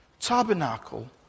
tabernacle